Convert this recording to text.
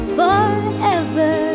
forever